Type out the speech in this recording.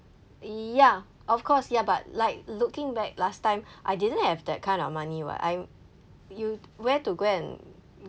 ya of course ya but like looking back last time I didn't have that kind of money [what] I'm you where to go and